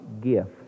gift